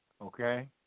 okay